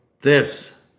This